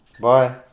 Bye